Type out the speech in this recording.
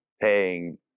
paying